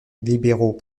libéraux